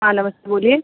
हाँ नमस्ते बोलिए